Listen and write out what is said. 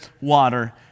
water